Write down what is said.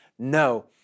No